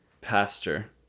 pastor